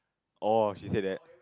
oh she said that